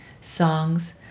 Songs